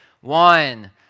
one